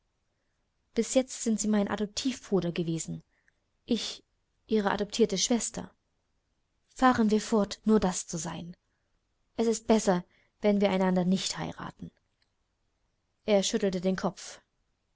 bis jetzt sind sie mein adoptivbruder gewesen ich ihre adoptierte schwester fahren wir fort nur das zu sein es ist besser wenn wir einander nicht heiraten er schüttelte den kopf